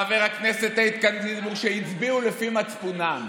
חבר הכנסת איתן גינזבורג, שהצביעו לפי מצפונם.